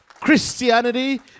Christianity